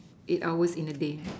eight hours in a day